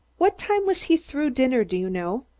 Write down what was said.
what time was he through dinner, do you know?